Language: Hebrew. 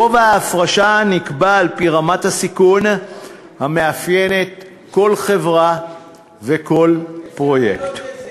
גובה ההפרשה נקבע על-פי רמת הסיכון המאפיינת כל חברה וכל פרויקט.